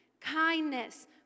kindness